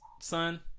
son